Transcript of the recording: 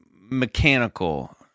mechanical